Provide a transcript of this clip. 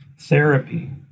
therapy